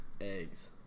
eggs